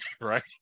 right